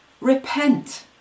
Repent